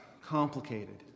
complicated